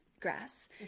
grass